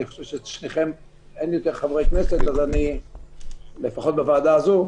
אני חושב שחוץ משניכם אין יותר חברי כנסת ברגע זה.